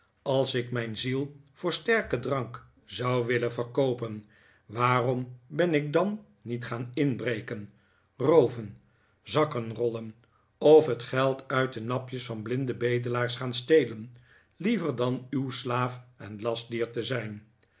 als ik mijn ziel voor sterken drank zou willen verkoopen waarom ben ik dan niet gaan inbreken rooven zakkenrollen of het geld uit de napjes van blinde bedelaars gaan stelen liever dan uw slaaf en lastdier te zijn